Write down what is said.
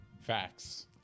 Facts